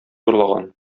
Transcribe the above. урлаган